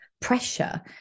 pressure